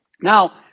Now